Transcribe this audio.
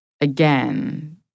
again